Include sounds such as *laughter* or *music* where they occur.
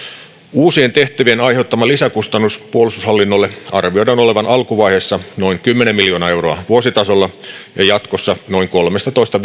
uusien tehtävien aiheuttaman lisäkustannuksen puolustushallinnolle arvioidaan olevan alkuvaiheessa noin kymmenen miljoonaa euroa vuositasolla ja jatkossa noin kolmetoista *unintelligible*